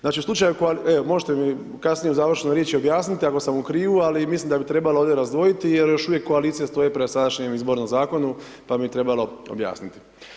Znači, u slučaju, e, možete mi kasnije u završnoj riječi objasniti ako sam u krivu, ali mislim da bi trebalo ovdje razdvojiti jer još uvijek koalicija stoji prema sadašnjem izbornom Zakonu, pa bi mi trebalo objasniti.